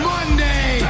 Monday